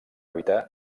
evitar